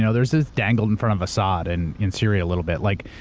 yeah there's this dangled in front of assad and in syria a little bit, like,